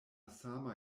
sama